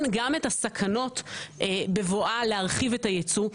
גם את הסכנות בבואה להרחיב את הייצוא.